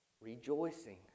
rejoicing